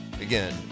Again